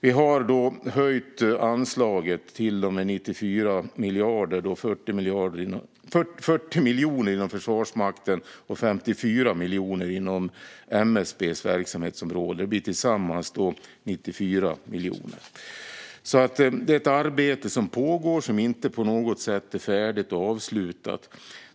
Vi har höjt anslaget till dem med 94 miljoner; med 40 miljoner inom Försvarsmaktens verksamhetsområde och 54 miljoner inom MSB:s verksamhetsområde - tillsammans 94 miljoner. Det är ett arbete som pågår och som inte på något sätt är färdigt och avslutat.